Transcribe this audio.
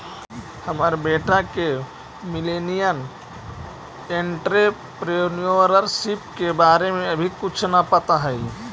हमर बेटा के मिलेनियल एंटेरप्रेन्योरशिप के बारे में अभी कुछो न पता हई